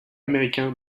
américain